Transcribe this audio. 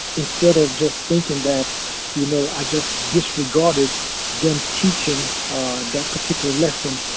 instead of just thinking that you know i just disregarded them teaching that particular lesson.